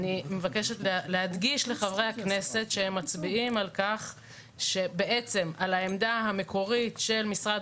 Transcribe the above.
אני מבקשת להדגיש לחברי הכנסת שהם מצביעים על העמדה המקורית של משרד